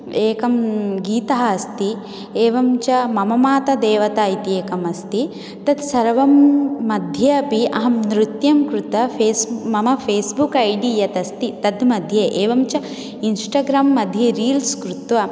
एकं गीतम् अस्ति एवञ्च मम माता देवता इति एकमस्ति तत्सर्वं मध्ये अपि अहं नृत्यं कृत फेस् मम फेस्बुक् ऐ डी यत् अस्ति तत्मध्ये एवञ्च इन्स्टाग्राम् मध्ये रील्स् कृत्वा